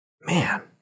man